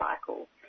cycle